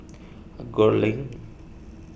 Gul Link